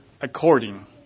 according